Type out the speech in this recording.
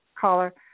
caller